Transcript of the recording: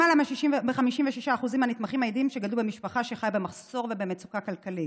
למעלה מ-56% מהנתמכים מעידים שגדלו במשפחה שחיה במחסור ובמצוקה כלכלית.